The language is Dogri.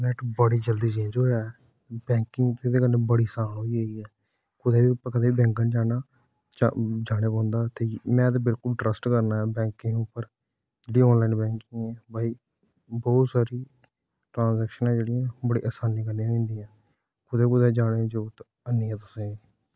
इंटरनैट्ट बड़ी जल्दी चेंज होआ ऐ बैकिंग एह्दे कन्नै बड़ी आसान होई गेदी ऐ कुदे बी बैंक नेईं जाना पौंदा में ते बिलकुल ट्रस्ट करना बैकिंग उप्पर दे आनलाइन बैंकिग बौह्त सारी टांसजेक्सन जेह्डियां बड़ी आसानी कन्नै होई जंदियां कुदे बी जाने दी जरूरत है नेईं ऐ तुसेंगी